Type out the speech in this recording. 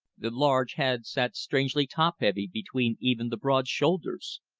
the large head sat strangely top-heavy between even the broad shoulders.